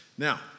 Now